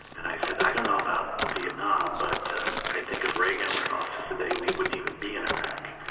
and i said, i don't know about vietnam but i think if reagan were in office today we wouldn't even be in iraq.